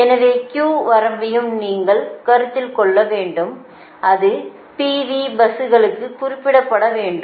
எனவே Q வரம்பையும் நீங்கள் கருத்தில் கொள்ள வேண்டும் அது PV பஸ்களுக்கு குறிப்பிடப்பட வேண்டும்